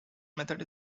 method